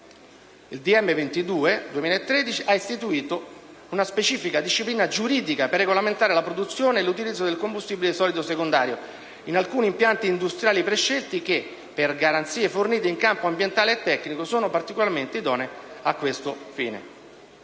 22 del 2013 ha istituito una specifica disciplina giuridica per regolamentare la produzione e l'utilizzo del combustibile solido secondario in alcuni impianti industriali prescelti che, per le garanzie fornite in campo ambientale e tecnico, sono particolarmente idonei a questo fine.